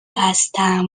هستم